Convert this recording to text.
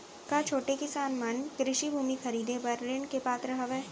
का छोटे किसान मन कृषि भूमि खरीदे बर ऋण के पात्र हवे?